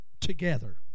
together